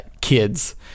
kids